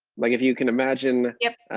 like, if you can imagine yep.